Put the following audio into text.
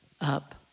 up